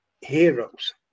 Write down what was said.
heroes